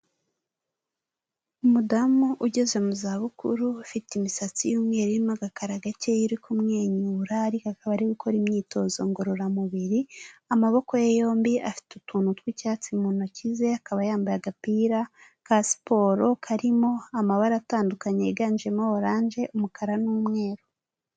Umudamu ugeze mu zabukuru ufite imisatsi y'umweru irimo agakara gakeya uri kumwenyura ariko akaba ariwe gukora imyitozo ngororamubiri, amaboko ye yombi afite utuntu tw'icyatsi mu ntoki ze, akaba yambaye agapira ka siporo karimo amabara atandukanye yiganjemo oranje, umukara n'umweru.